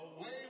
Away